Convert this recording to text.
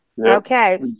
Okay